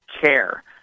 care